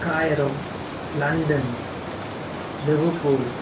Cairo London liverpool